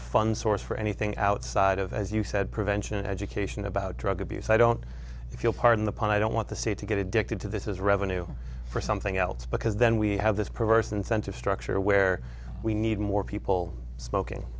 a fun source for anything outside of as you said prevention education about drug abuse i don't if you'll pardon the pun i don't want to say to get addicted to this is revenue for something else because then we have this perverse incentive structure where we need more people smoking